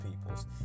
people's